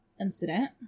incident